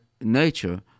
Nature